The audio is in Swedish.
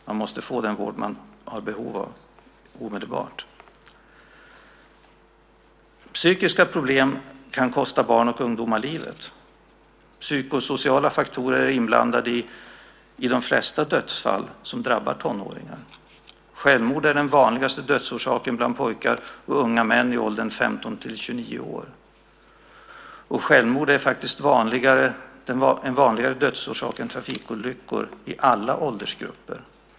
Man måste få den vård man har behov av omedelbart. Psykiska problem kan kosta barn och ungdomar livet. Psykosociala faktorer är inblandade i de flesta dödsfall som drabbar tonåringar. Självmord är den vanligaste dödsorsaken bland pojkar och unga män i åldern 15-29 år. Självmord är faktiskt en vanligare dödsorsak än trafikolyckor i alla åldersgrupper.